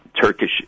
Turkish